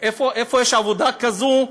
איפה יש עבודה כזאת,